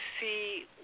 see